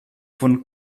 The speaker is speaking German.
von